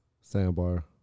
Sandbar